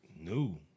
New